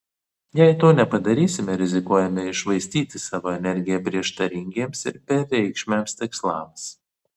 jei to nepadarysime rizikuojame iššvaistyti savo energiją prieštaringiems ir bereikšmiams tikslams